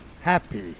Happy